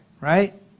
right